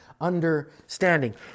understanding